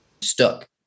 stuck